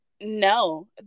No